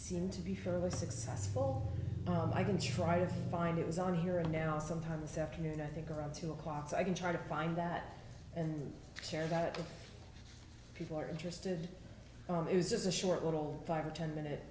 seemed to be fairly successful i can try to find it was on here and now sometime this afternoon i think around two o'clock so i can try to find that and share that with people are interested it was just a short little five or ten minute